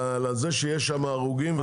במקומות שיש בהם הרוגים.